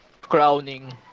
crowning